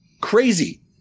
crazy